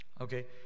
okay